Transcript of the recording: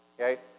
Okay